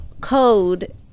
code